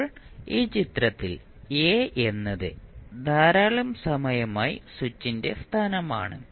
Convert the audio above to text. ഇപ്പോൾ ഈ ചിത്രത്തിൽ a എന്നത് ധാരാളം സമയമായി സ്വിച്ചിന്റെ സ്ഥാനമാണ്